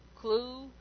clue